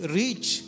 reach